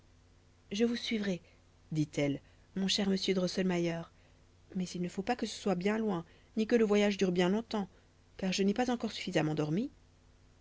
je vous suivrai dit-elle mon cher monsieur drosselmayer mais il ne faut pas que ce soit bien loin ni que le voyage dure bien longtemps car je n'ai pas encore suffisamment dormi